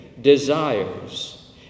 desires